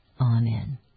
Amen